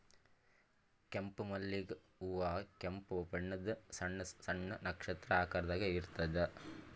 ಕೆಂಪ್ ಮಲ್ಲಿಗ್ ಹೂವಾ ಕೆಂಪ್ ಬಣ್ಣದ್ ಸಣ್ಣ್ ಸಣ್ಣು ನಕ್ಷತ್ರ ಆಕಾರದಾಗ್ ಇರ್ತವ್